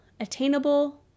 attainable